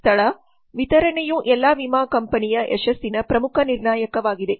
ಸ್ಥಳ ವಿತರಣೆಯು ಎಲ್ಲಾ ವಿಮಾ ಕಂಪನಿಯ ಯಶಸ್ಸಿನ ಪ್ರಮುಖ ನಿರ್ಣಾಯಕವಾಗಿದೆ